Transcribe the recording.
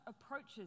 approaches